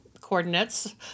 coordinates